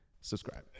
Subscribe